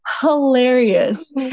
hilarious